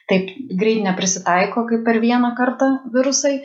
taip greit neprisitaiko kaip per vieną kartą virusai